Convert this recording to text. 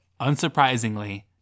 unsurprisingly